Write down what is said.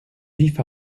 vif